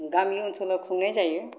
गामि ओनसोलाव खुंनाय जायो